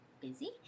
busy